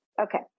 Okay